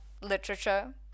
literature